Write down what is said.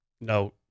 no